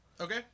Okay